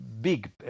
big